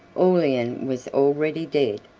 aurelian was already dead,